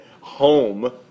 home